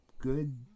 good